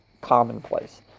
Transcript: commonplace